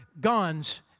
guns